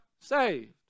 saved